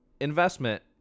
investment